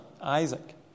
Isaac